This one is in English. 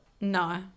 No